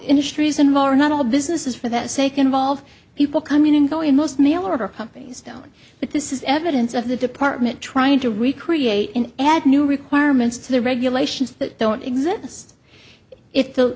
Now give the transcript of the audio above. industries and more not all businesses for that sake involve people coming and going most mail order companies don't but this is evidence of the department trying to recreate in add new requirements to the regulations that don't